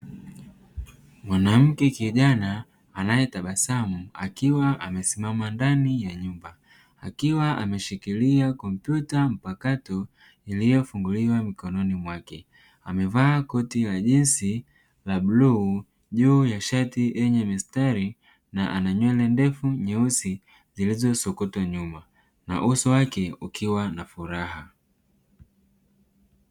Mwanamke kijana anayetabasamu akiwa amesimama ndani ya nyumba akiwa ameshikilia kompyuta mpakato iliyofunguliwa mikononi mwake. Amevaa koti ya jinsi la bluu juu ya shati yenye mistari na ana nywele ndefu nyeusi zilizosokotwa nyuma; na uso wake ukiwa na furaha.